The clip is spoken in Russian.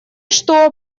что